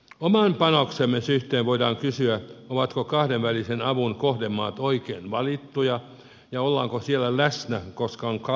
oman panoksemme suhteen voidaan kysyä ovatko kahdenvälisen avun kohdemaat oikein valittuja ja ollaanko siellä läsnä siksi että on kauan oltu